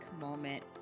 moment